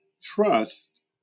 trust